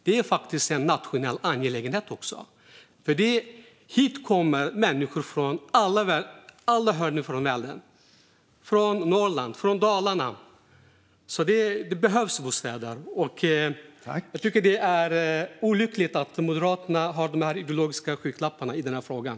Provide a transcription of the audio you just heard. Det är faktiskt också en nationell angelägenhet, för hit kommer människor från alla hörn av Sverige - från Norrland, från Dalarna. Det behövs bostäder, och jag tycker att det är olyckligt att Moderaterna har ideologiska skygglappar i den här frågan.